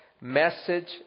message